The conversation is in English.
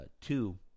two